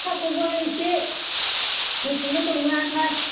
फिथाखौबो एसे मोसौनो दौनो आन्था